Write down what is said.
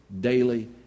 daily